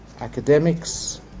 academics